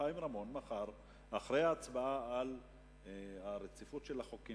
חיים רמון, מחר, אחרי ההצבעה על רציפות החוקים